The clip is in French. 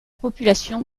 population